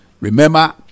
Remember